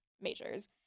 majors